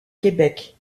québec